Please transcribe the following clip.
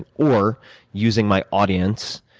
or using my audience